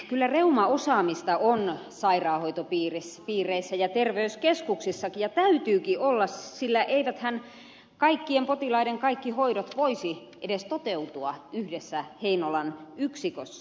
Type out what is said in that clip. kyllä reumaosaamista on sairaanhoitopiireissä ja terveyskeskuksissakin ja täytyykin olla sillä eiväthän kaikkien potilaiden kaikki hoidot voisi edes toteutua yhdessä heinolan yksikössä